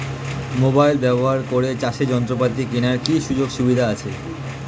Mobile ব্যবহার করে চাষের যন্ত্রপাতি কেনার কি সুযোগ সুবিধা আছে?